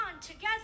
together